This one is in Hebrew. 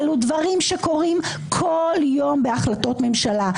אלה דברים שקורים כל יום בהחלטות ממשלה.